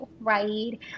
right